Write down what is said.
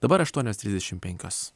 dabar aštuonios trisdešimt penkios